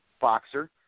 boxer